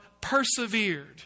persevered